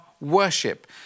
worship